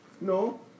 No